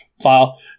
file